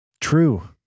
True